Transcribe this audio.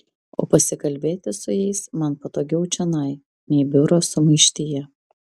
o pasikalbėti su jais man patogiau čionai nei biuro sumaištyje